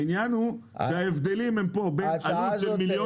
העניין הוא שההבדלים פה הם בין עלות של מיליון